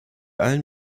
allen